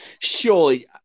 Surely